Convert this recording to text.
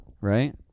right